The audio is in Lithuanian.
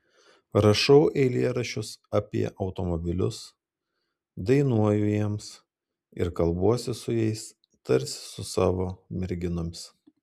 rašau eilėraščius apie automobilius dainuoju jiems ir kalbuosi su jais tarsi su savo merginomis